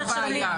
--- זו הבעיה,